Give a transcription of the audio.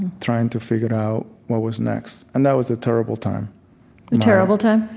trying to figure out what was next. and that was a terrible time a terrible time?